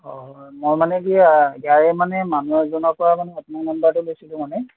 অঁ মই মানে কি ইয়াৰে মানে মানুহ এজনৰপৰা মানে আপোনাৰ নাম্বাৰটো লৈছিলোঁ মানে